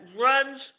runs